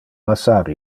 lassar